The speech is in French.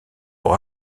pour